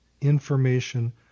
information